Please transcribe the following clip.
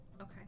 Okay